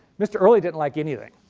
mr early didn't like anything.